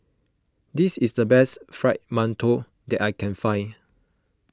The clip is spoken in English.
this is the best Fried Mantou that I can find